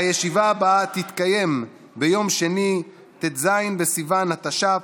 הישיבה הבאה תתקיים ביום שני, ט"ז בסיוון התש"ף,